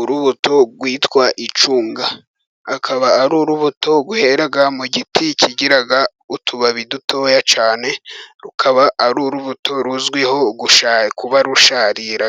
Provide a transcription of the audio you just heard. Urubuto rwitwa icunga, akaba ari urubuto rwera mu giti kigira utubabi dutoya cyane, rukaba ari urubuto ruzwiho kuba rusharira,